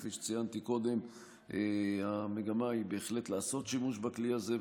כפי שציינתי קודם המגמה היא בהחלט להשתמש בכלי הזה,